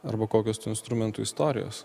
arba kokios tų instrumentų istorijos